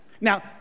Now